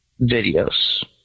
videos